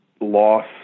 loss